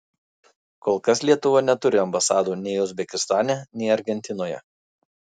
kol kas lietuva neturi ambasadų nei uzbekistane nei argentinoje